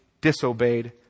disobeyed